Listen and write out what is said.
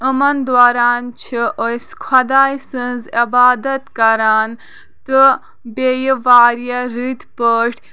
یِمَن دوران چھِ أسۍ خۄدایہِ سٕنٛز عَبادت کَران تہٕ بیٚیہِ واریاہ رٔتۍ پٲٹھۍ